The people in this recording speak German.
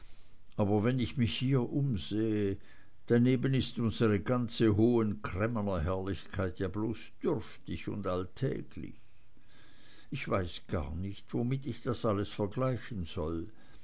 aber wenn ich mich hier umsehe daneben ist unsere ganze hohen cremmener herrlichkeit ja bloß dürftig und alltäglich ich weiß gar nicht womit ich das alles vergleichen soll